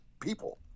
people